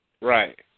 Right